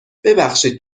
ببخشید